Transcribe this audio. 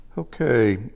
Okay